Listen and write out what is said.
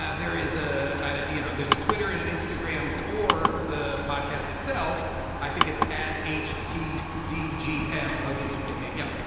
yeah there is a you know, you know there's a twitter and an instagram for the podcast itself i think it's at h t. dgm. how did this get made up?